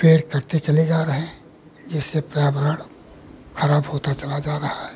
पेड़ कटते चले जा रहे हैं जिससे प्रयावरण ख़राब होता चला जा रहा है